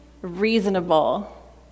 reasonable